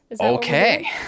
okay